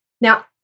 Now